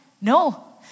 no